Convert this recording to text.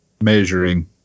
measuring